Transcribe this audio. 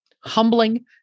humbling